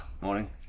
morning